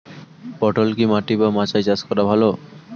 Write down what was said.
পটল কি মাটি বা মাচায় চাষ করা ভালো?